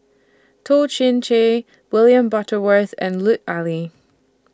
Toh Chin Chye William Butterworth and Lut Ali